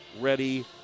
ready